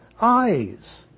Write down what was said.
eyes